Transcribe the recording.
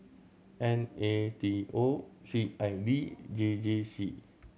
N A T O C I V J J C